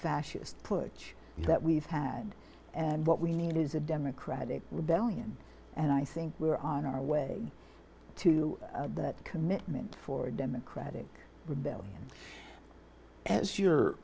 fascist putsch that we've had and what we need is a democratic rebellion and i think we're on our way to that commitment for democratic rebellion as you're